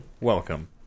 welcome